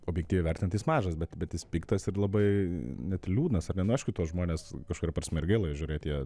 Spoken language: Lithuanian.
objektyviai vertint tai jis mažas bet bet jis piktas ir labai net liūdnas ar ne nu aišku tuos žmones kažkuria prasme ir gaila žiurėt tie